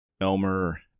elmer